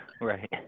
Right